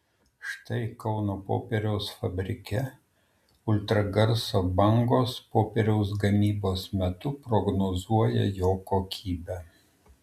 štai kauno popieriaus fabrike ultragarso bangos popieriaus gamybos metu prognozuoja jo kokybę